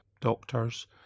doctors